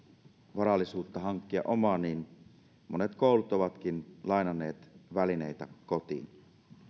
varallisuutta hankkia omaa niin monet koulut ovatkin lainanneet välineitä kotiin